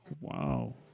wow